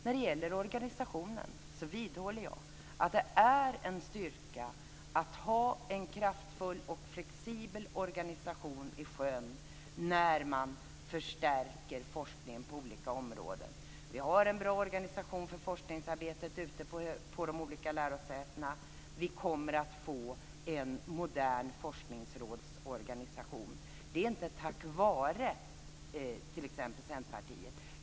När det gäller organisationen vidhåller jag att det är en styrka att ha en kraftfull och flexibel organisation i sjön när man förstärker forskningen på olika områden. Vi har en bra organisation för forskningsarbetet ute på de olika lärosätena. Vi kommer att få en modern forskningsrådsorganisation, och det är inte tack vare t.ex. Centerpartiet.